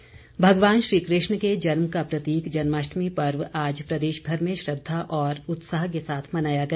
जन्माष्टमी भगवान श्री कृष्ण के जन्म का प्रतीक जन्माष्टमी पर्व आज प्रदेश भर में श्रद्धा और उत्साह के साथ मनाया गया